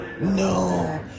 No